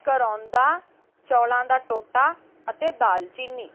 ਕਰਾਉਂਦਾ ਚੌਲਾਂ ਦਾ ਟੋਟਾ ਅਤੇ ਦਾਲਚੀਨੀ